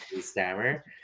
stammer